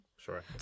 Sure